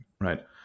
right